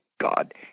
God